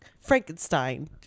Frankenstein